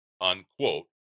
Unquote